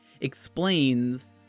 explains